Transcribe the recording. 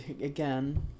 again